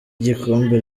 igikombe